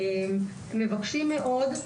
מבקשים מאוד,